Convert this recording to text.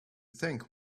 think